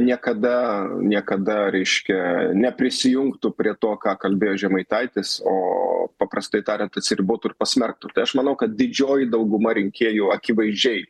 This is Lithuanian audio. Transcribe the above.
niekada niekada reiškia neprisijungtų prie to ką kalbėjo žemaitaitis o paprastai tariant atsiribotų ir pasmerktų tai aš manau kad didžioji dauguma rinkėjų akivaizdžiai